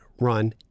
run